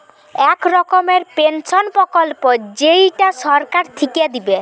এক রকমের পেনসন প্রকল্প যেইটা সরকার থিকে দিবে